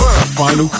Final